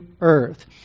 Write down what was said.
earth